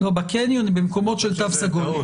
לא, בקניונים, במקומות של תו סגול.